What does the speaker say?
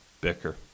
bicker